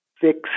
fix